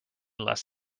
less